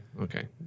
Okay